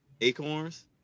Acorns